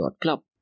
Club